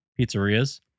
pizzerias